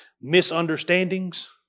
misunderstandings